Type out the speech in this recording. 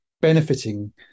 benefiting